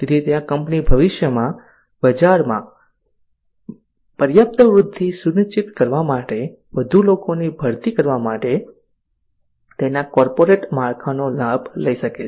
તેથી ત્યાં કંપની ભવિષ્યમાં બજારમાં પર્યાપ્ત વૃદ્ધિ સુનિશ્ચિત કરવા માટે વધુ લોકોની ભરતી કરવા માટે તેના કોર્પોરેટ માળખાનો લાભ લઈ શકે છે